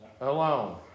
alone